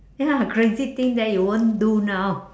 ya crazy thing that you won't do now